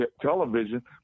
television